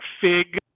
fig